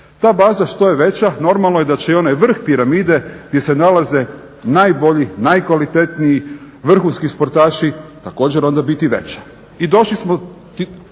Ta baza što je veća normalno je da će onaj vrh piramide gdje se nalaze najbolji, najkvalitetniji vrhunski sportaši također onda biti veća.